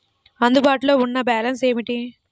అందుబాటులో ఉన్న బ్యాలన్స్ ఏమిటీ?